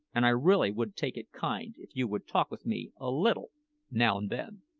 and i really would take it kind if you would talk with me a little now and then.